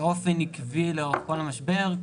באופן עקבי לאורך כל המשבר,